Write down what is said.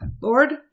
Lord